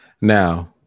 Now